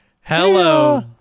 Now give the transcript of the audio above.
hello